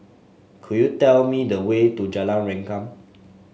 could you tell me the way to Jalan Rengkam